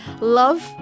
Love